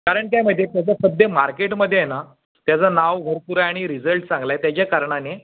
कारण त्यासाठी कसं सध्या मार्केटमध्ये आहे ना त्याचं नाव गोपुर आहे आणि रिजल्ट चांगला आहे त्याच्या कारणाने